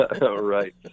right